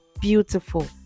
beautiful